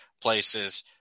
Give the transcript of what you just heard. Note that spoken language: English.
places